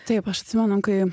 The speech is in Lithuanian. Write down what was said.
taip aš atsimenu kai